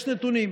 יש נתונים.